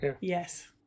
Yes